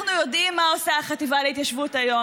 אנחנו יודעים מה עושה החטיבה להתיישבות היום.